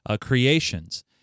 creations